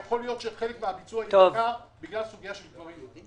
משהו שעשיתי כאילו בחסות התב"ע